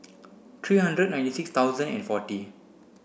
three hundred ninety six thousand and forty